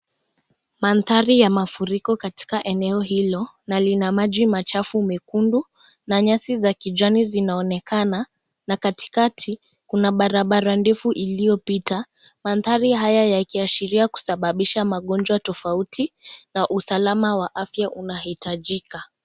Mandari ya mafuliko katika eneo hilo na lina maji machafu mekundu na nyasi za kijani zinaonekana na katikati kuna barabara ndefu iliyopita mandari haya yakiashiria kusababisha magonjwa tofauti na usalama wa afya unahitajika.